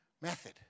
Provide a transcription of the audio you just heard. method